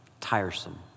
tiresome